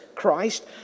Christ